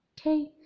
okay